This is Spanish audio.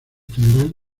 federal